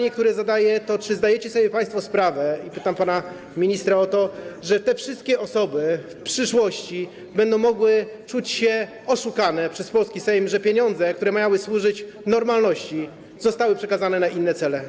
I zadaję pytanie: Czy zdajecie sobie państwo sprawę - i pytam pana ministra o to - że te wszystkie osoby w przyszłości będą mogły czuć się oszukane przez polski Sejm, że pieniądze, które miały służyć zapewnieniu im normalności, zostały przekazane na inne cele?